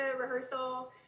rehearsal